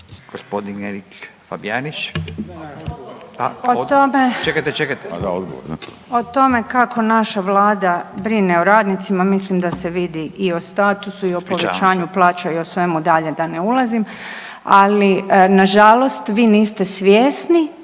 O tome kako naša Vlada brine o radnicima mislim da se vidi o statusu i o povećanju plaća i o svemu dalje da ne ulazim. Ali na žalost vi niste svjesni